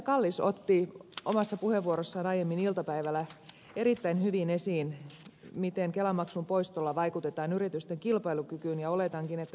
kallis otti omassa puheenvuorossaan aiemmin iltapäivällä erittäin hyvin esiin sen miten kelamaksun poistolla vaikutetaan yritysten kilpailukykyyn ja oletankin että ed